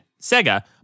Sega